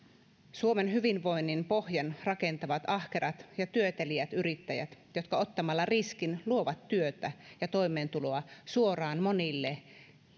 suomen hyvinvoinnin pohjan rakentavat ahkerat ja työteliäät yrittäjät jotka ottamalla riskin luovat työtä ja toimeentuloa suoraan monille